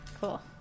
Cool